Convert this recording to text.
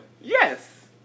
Yes